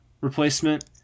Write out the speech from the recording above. replacement